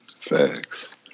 facts